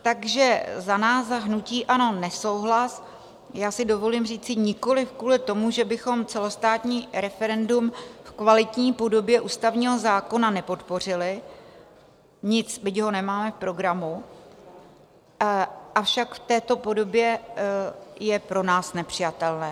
Takže za nás, za hnutí ANO, nesouhlas já si dovolím říci nikoliv kvůli tomu, že bychom celostátní referendum v kvalitní podobě ústavního zákona nepodpořili, byť ho nemáme v programu, avšak v této podobě je pro nás nepřijatelné.